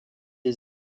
des